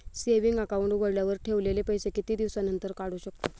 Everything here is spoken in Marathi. सेविंग अकाउंट उघडल्यावर ठेवलेले पैसे किती दिवसानंतर काढू शकतो?